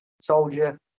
soldier